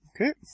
Okay